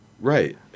Right